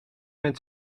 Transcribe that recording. met